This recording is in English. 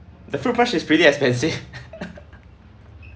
the fruit punch is pretty expensive